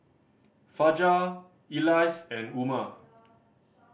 Fajar Elyas and Umar